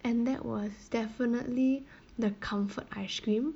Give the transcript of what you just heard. and that was definitely the comfort ice cream